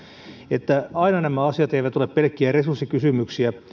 että aina nämä asiat eivät ole pelkkiä resurssikysymyksiä